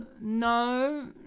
no